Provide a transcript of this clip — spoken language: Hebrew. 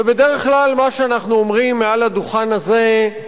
ובדרך כלל מה שאנחנו אומרים מעל הדוכן הזה: